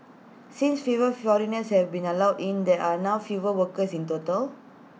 since fewer foreigners have been allowed in there are now fewer workers in total